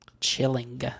chilling